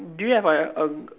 do you have like a